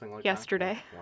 yesterday